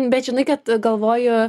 bet žinai kad galvoju